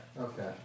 Okay